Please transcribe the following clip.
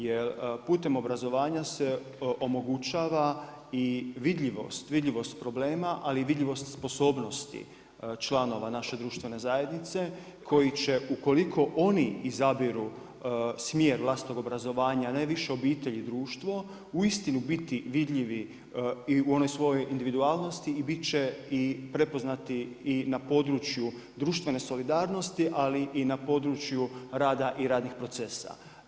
Jer putem obrazovanja se omogućava i vidljivost problema, ali i vidljivost sposobnosti članova naše društvene zajednice, koji će ukoliko oni izaberu smjer vlastitog obrazovanja, najviše obitelji i društvo, uistinu biti vidljivi i u onoj svojoj individualnosti i biti će prepoznati i na području društvene solidarnosti ali i na području rada i radnih procesa.